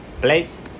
place